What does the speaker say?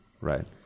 right